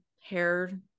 hair